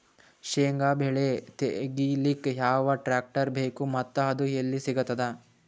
ಶೇಂಗಾ ಬೆಳೆ ತೆಗಿಲಿಕ್ ಯಾವ ಟ್ಟ್ರ್ಯಾಕ್ಟರ್ ಬೇಕು ಮತ್ತ ಅದು ಎಲ್ಲಿ ಸಿಗತದ?